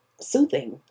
soothing